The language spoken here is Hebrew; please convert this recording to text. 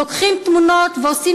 לוקחים תמונות ועושים